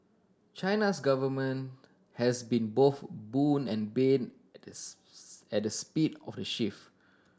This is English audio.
China's government has been both boon and bane the speed of the shift